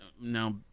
Now